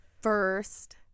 first